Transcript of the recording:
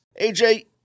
Aj